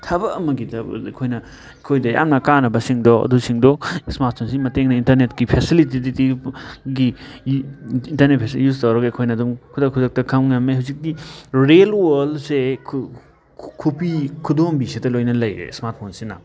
ꯊꯕꯛ ꯑꯃꯒꯤꯗ ꯑꯩꯍꯣꯏꯅ ꯑꯩꯈꯣꯏꯗ ꯌꯥꯝꯅ ꯀꯥꯟꯅꯕꯁꯤꯡꯗꯣ ꯑꯗꯨ ꯁꯤꯡꯗꯣ ꯏꯁꯃꯥꯔꯠ ꯐꯣꯟꯁꯤꯒꯤ ꯃꯇꯦꯡꯅ ꯏꯟꯇꯔꯅꯦꯠꯀꯤ ꯐꯦꯁꯤꯂꯤꯇꯤ ꯒꯤ ꯏꯟꯇꯔꯅꯦꯠ ꯐꯦꯁꯤꯂꯤꯇꯤ ꯌꯨꯁ ꯇꯧꯔꯒ ꯑꯩꯈꯣꯏꯅ ꯑꯗꯨꯝ ꯈꯨꯗꯛ ꯈꯨꯗꯛꯇ ꯈꯪꯕ ꯉꯝꯃꯦ ꯍꯧꯖꯤꯛꯇꯤ ꯔꯦꯌꯦꯜ ꯋꯥꯔꯜꯁꯦ ꯈꯨꯕꯤ ꯈꯨꯗꯣꯝꯕꯤꯁꯤꯗ ꯂꯣꯏꯅ ꯂꯩꯔꯦ ꯏꯁꯃꯥꯔꯠ ꯐꯣꯟꯁꯤꯅ